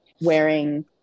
wearing